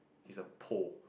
is a pole